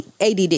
ADD